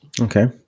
Okay